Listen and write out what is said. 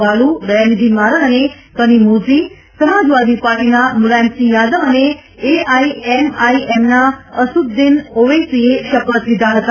બાલુ દયાનિધિ મારન અને કનીમોડી સમાજવાદી પાર્ટીના મ્રલાતમસિંહ યાદવ અને એઆઇએઆઇએમના અસદ્દદીન ઓવૈસીએ શપથ લીધા હતા